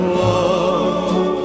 love